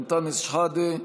אנטאנס שחאדה,